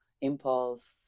impulse